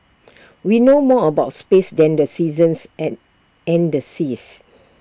we know more about space than the seasons and and the seas